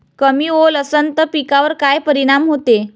कमी ओल असनं त पिकावर काय परिनाम होते?